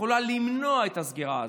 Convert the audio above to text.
יכולה למנוע את הסגירה הזאת,